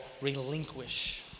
relinquish